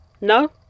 No